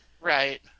Right